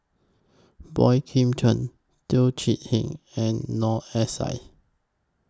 Boey Kim Cheng Teo Chee Hean and Noor S I